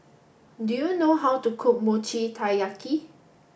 do you know how to cook Mochi Taiyaki